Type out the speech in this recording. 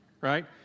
right